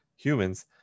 humans